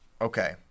okay